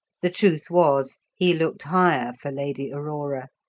the truth was, he looked higher for lady aurora.